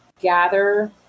gather